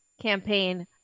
campaign